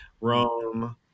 rome